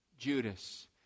Judas